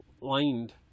lined